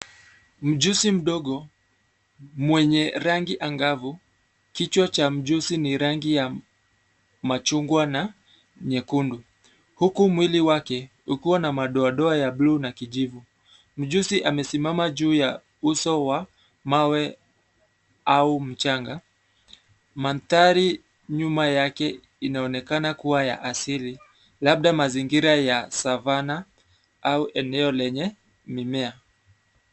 Mjusi mdogo, mwenye rangi angavu, kichwa cha mjusi ni rangi ya machungwa na nyekundu. Huku mwili wake, ukiwa na madoadoa ya bluu na kijivu. Mjusi amesimama juu ya uso wa mawe, au mchanga. Mandhari nyuma yake inaonekana kuwa ya asili, labda mazingira ya savannah au eneo lenye, mimea.